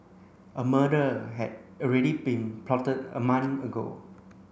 a murder had already been plotted a month ago